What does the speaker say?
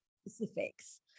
specifics